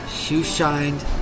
shoe-shined